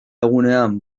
egunean